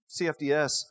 CFDS